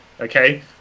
okay